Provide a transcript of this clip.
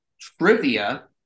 trivia